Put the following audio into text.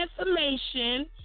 information